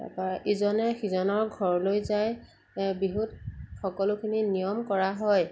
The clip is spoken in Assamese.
তাৰপৰা ইজনে সিজনৰ ঘৰলৈ যায় বিহুত সকলোখিনি নিয়ম কৰা হয়